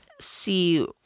see